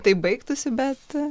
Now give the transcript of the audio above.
tai baigtųsi bet